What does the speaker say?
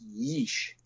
yeesh